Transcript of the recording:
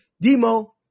Demo